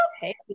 Hey